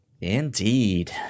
Indeed